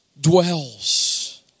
dwells